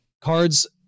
cards